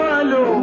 Hello